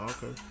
Okay